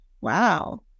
wow